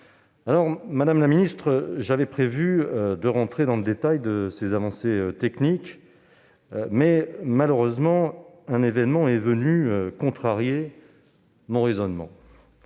Madame la ministre, j'avais prévu d'entrer dans le détail de ces avancées techniques. Malheureusement, un événement est venu contrarier ce projet.